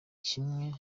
kimwe